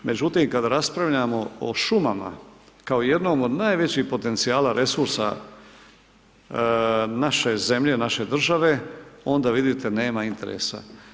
Međutim, kada raspravljamo o šumama kao jednom od najvećih potencijala, resursa naše zemlje, naše države onda vidite nema interesa.